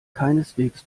keineswegs